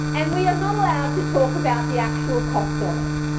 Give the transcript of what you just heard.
and we are not allowed to talk about the actual cost of it.